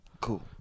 Cool